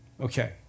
Okay